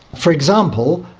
for example,